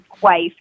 wife